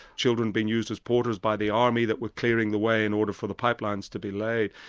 children being used as porters by the army that were clearing the way in order for the pipelines to be laid.